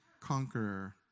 conqueror